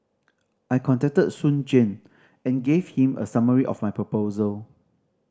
I contacted Soon Juan and gave him a summary of my proposal